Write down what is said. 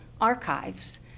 Archives